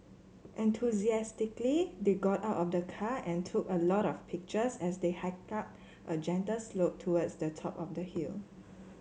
enthusiastically they got out of the car and took a lot of pictures as they hiked up a gentle slope towards the top of the hill